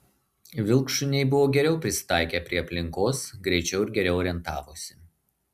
vilkšuniai buvo geriau prisitaikę prie aplinkos greičiau ir geriau orientavosi